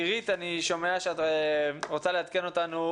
אירית, אני שומע שאת רוצה לעדכן אותנו.